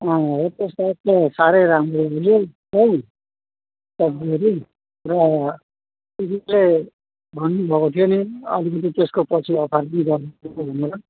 अँ हो त्यो साग त साह्रै राम्रो हगि सब्जीहरू र भन्नुभएको थियो नि अलिकति त्यसको पछि भनेर